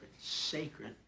Sacred